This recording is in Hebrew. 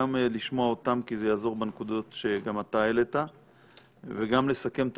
גם לשמוע אותם כי זה יעזור בנקודות שגם אתה העלית וגם לסכם את